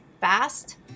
fast